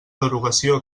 derogació